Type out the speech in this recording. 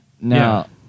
now